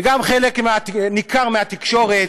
וגם חלק ניכר מהתקשורת,